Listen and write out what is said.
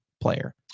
player